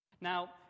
Now